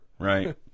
Right